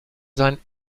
sein